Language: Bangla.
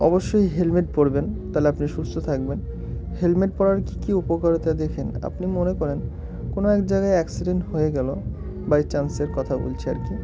অবশ্যই হেলমেট পরবেন তাহলে আপনি সুস্থ থাকবেন হেলমেট পরার কী কী উপকারিতা দেখেন আপনি মনে করেন কোনো এক জায়গায় অ্যাক্সিডেন্ট হয়ে গেলো বাই চান্সের কথা বলছি আর কি